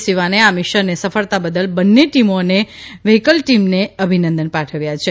સિવાને આ મિશનને સફળતા બદલ બંને ટીમો અને વેહિકલ ટીમને અભિનંદન પાઠવ્યા છે